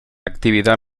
actividad